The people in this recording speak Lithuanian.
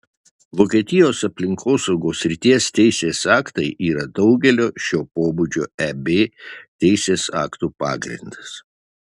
vokietijos aplinkosaugos srities teisės aktai yra daugelio šio pobūdžio eb teisės aktų pagrindas